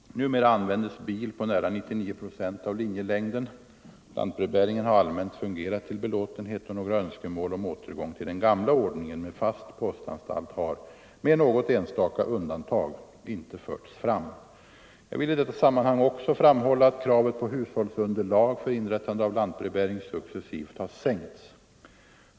Numera används bil på nära 99 procent av linjelängden. Lantbrevbäringen har allmänt fungerat till belåtenhet, och några önskemål om återgång till den gamla ordningen med fast postanstalt har, med något enstaka undantag, inte förts fram. Jag vill i detta sammanhang också framhålla att kravet på hushållsunderlag för inrättande av lantbrevbäring successivt sänkts.